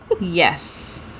Yes